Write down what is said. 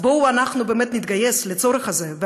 אז בואו אנחנו נתגייס לצורך הזה,